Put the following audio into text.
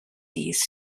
these